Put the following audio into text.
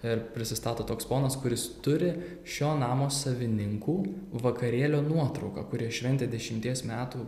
ir prisistato toks ponas kuris turi šio namo savininkų vakarėlio nuotrauką kur ie šventė dešimties metų